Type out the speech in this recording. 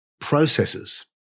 processes